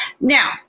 Now